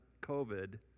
COVID